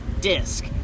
disc